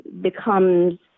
becomes